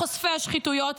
חושפי השחיתויות,